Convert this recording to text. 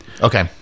Okay